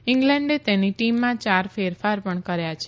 ઇગ્લેન્ડે તેની ટીમમાં ચાર ફેરફાર પણ કર્યા છે